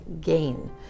gain